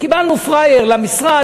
קיבלנו פראייר למשרד,